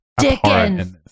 Dickens